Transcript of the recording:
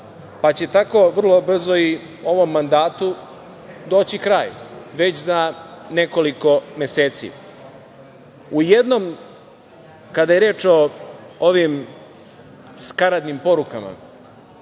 pa će tako vrlo brzo i ovom mandatu doći kraj već za nekoliko meseci. U jednom, kada je reč o ovim skaradnim porukama.